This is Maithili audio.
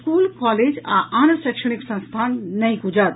स्कूल कॉलेज आ आन शैक्षणिक संस्थान एखन नहि खुजत